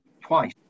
twice